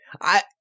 I-